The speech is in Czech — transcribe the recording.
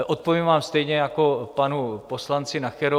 Odpovím vám stejně jako panu poslanci Nacherovi.